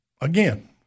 again